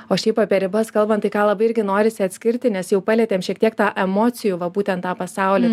o šiaip apie ribas kalbant tai ką labai irgi norisi atskirti nes jau palietėm šiek tiek tą emocijų va būtent tą pasaulį